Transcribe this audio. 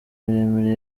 miremire